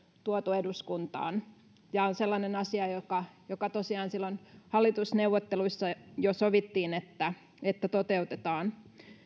tuotu eduskuntaan tämä on sellainen asia josta tosiaan jo silloin hallitusneuvotteluissa sovittiin että se toteutetaan